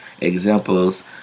examples